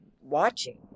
watching